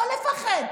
לא לפחד,